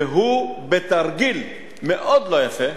ובתרגיל מאוד לא יפה